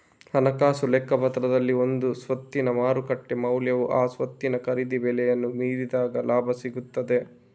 ಹಣಕಾಸು ಲೆಕ್ಕಪತ್ರದಲ್ಲಿ ಒಂದು ಸ್ವತ್ತಿನ ಮಾರುಕಟ್ಟೆ ಮೌಲ್ಯವು ಆ ಸ್ವತ್ತಿನ ಖರೀದಿ ಬೆಲೆಯನ್ನ ಮೀರಿದಾಗ ಲಾಭ ಸಿಗ್ತದೆ